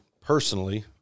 personally